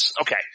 okay